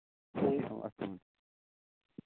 او اَسلام علیکُم